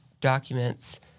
documents